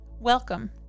Welcome